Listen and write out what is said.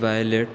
valet